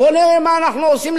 בוא נראה מה אנחנו עושים,